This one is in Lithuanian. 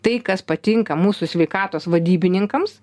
tai kas patinka mūsų sveikatos vadybininkams